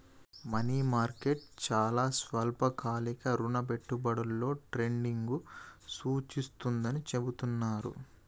money market చాలా స్వల్పకాలిక రుణ పెట్టుబడులలో ట్రేడింగ్ను సూచిస్తుందని చెబుతున్నరు